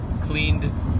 cleaned